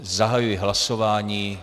Zahajuji hlasování.